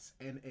na